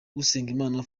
usengimana